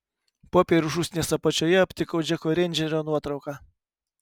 popierių šūsnies apačioje aptikau džeko reindžerio nuotrauką